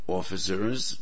officers